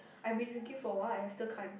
I've been drinking for a while and I still can't